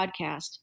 podcast